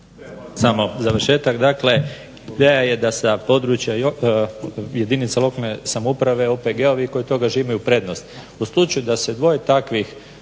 … završetak dakle. Ideja je da sa područja jedinica lokalne samouprave OPG-ovi koji od toga žive imaju prednost. U slučaju da se dvoje takvih